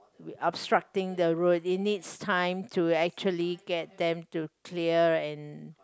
obstructing the road he needs time to actually get them to clear and